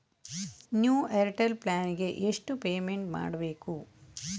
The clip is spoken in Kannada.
ನ್ಯೂ ಏರ್ಟೆಲ್ ಪ್ಲಾನ್ ಗೆ ಎಷ್ಟು ಪೇಮೆಂಟ್ ಮಾಡ್ಬೇಕು?